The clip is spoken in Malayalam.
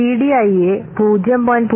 ടിഡിഐയെ 0